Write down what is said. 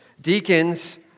Deacons